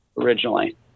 originally